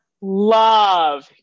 love